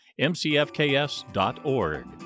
mcfks.org